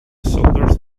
soldiers